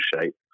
shape